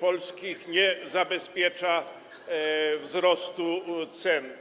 polskich rodzin nie zabezpiecza wzrostu cen.